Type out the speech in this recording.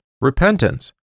repentance